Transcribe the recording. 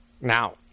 now